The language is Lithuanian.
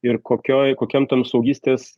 ir kokioj kokiam tam suaugystės